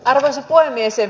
arvoisa puhemies